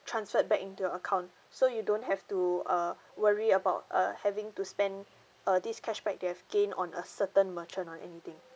transferred back into your account so you don't have to uh worry about uh having to spend uh this cashback you have gain on a certain merchant or anything